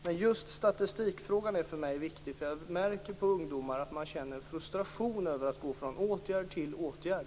Men just statistikfrågan är viktig för mig. Jag märker på ungdomar att de känner frustration över att gå från åtgärd till åtgärd.